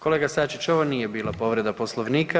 Kolega Sačić, ovo nije bila povreda Poslovnika.